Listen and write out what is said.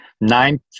nine